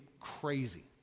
crazy